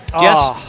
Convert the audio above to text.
Yes